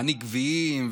מעניק גביעים,